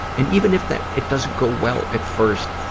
and even if that, it doesn't go well at first,